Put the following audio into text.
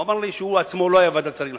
הוא אמר לי שהוא עצמו לא היה בוועדת השרים לחקיקה,